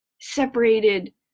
separated